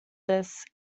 this